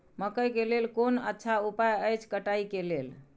मकैय के लेल कोन अच्छा उपाय अछि कटाई के लेल?